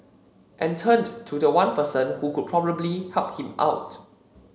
and turned to the one person who could probably help him out